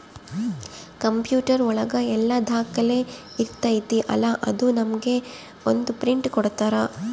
computer ಒಳಗ ಎಲ್ಲ ದಾಖಲೆ ಇರ್ತೈತಿ ಅಲಾ ಅದು ನಮ್ಗೆ ಒಂದ್ ಪ್ರಿಂಟ್ ಕೊಡ್ತಾರ